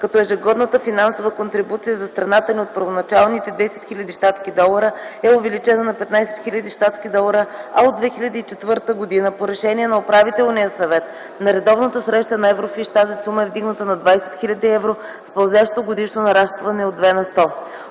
като ежегодната финансова контрибуция за страната ни от първоначалните 10 000 щ. д. е увеличена на 15 000 щ. д., а от 2004 г. по решение на Управителния съвет на редовната среща на Еврофиш тази сума е вдигната на 20 000 евро с пълзящо годишно нарастване от 2 на сто.